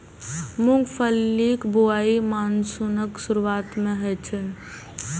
मूंगफलीक बुआई मानसूनक शुरुआते मे होइ छै